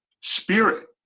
spirit